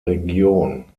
region